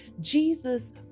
Jesus